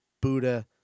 Buddha